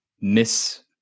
miss